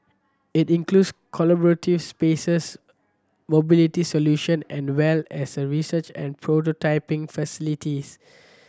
it includes collaborative spaces mobility solution and well as a research and prototyping facility